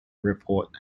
report